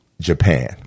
Japan